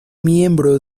miembro